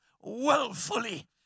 willfully